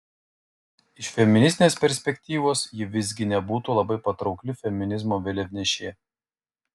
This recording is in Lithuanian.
iš feministinės perspektyvos ji visgi nebūtų labai patraukli feminizmo vėliavnešė